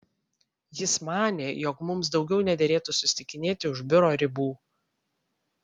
jis manė jog mums daugiau nederėtų susitikinėti už biuro ribų